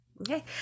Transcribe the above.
Okay